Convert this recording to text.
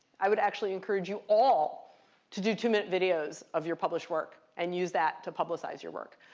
i would actually encourage you all to do two-minute videos of your published work and use that to publicize your work,